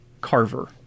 Carver